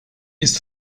ist